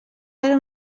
ara